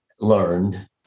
learned